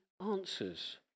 answers